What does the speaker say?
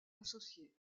associés